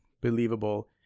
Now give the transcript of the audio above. believable